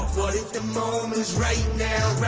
what if that moment's right now,